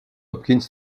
hopkins